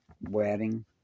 wedding